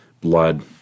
blood